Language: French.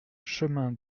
chemin